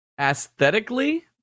Aesthetically